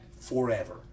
forever